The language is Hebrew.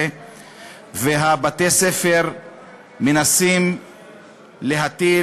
ועם יושב-ראש ועדת החינוך חברי מרגי,